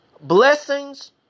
blessings